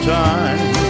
time